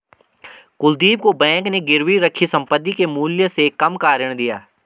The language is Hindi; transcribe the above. कुलदीप को बैंक ने गिरवी रखी संपत्ति के मूल्य से कम का ऋण दिया